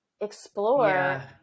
explore